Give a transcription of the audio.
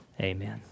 Amen